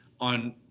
on